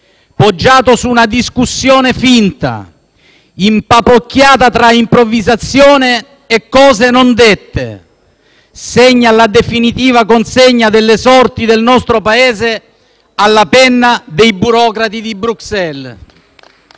poggiato su una discussione finta, impapocchiata tra improvvisazione e cose non dette - segna la definitiva consegna delle sorti del nostro Paese alla penna dei burocrati di Bruxelles.